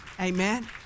Amen